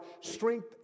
strength